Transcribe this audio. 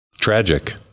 tragic